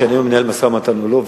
משנה אם הוא מנהל משא-ומתן או לא?